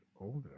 older